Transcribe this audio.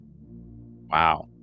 Wow